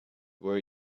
were